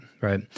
right